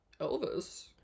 Elvis